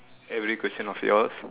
every question of yours